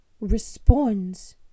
responds